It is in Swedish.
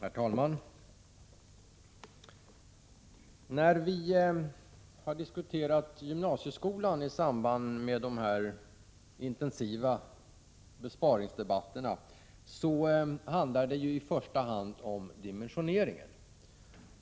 Herr talman! När vi i samband med de här intensiva besparingsdebatterna har diskuterat gymnasieskolan har det i första hand handlat om dimensioneringen.